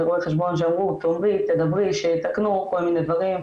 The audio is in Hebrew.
רואי חשבון שאמרו 'תדברי שיתקנו כל מיני דברים,